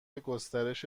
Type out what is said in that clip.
گسترش